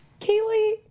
Kaylee